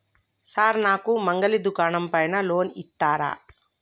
Sir నాకు మంగలి దుకాణం పైన లోన్ ఇత్తరా?